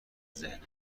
ذهن